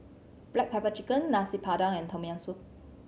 black pepper chicken Nasi Padang and Tom Yam Soup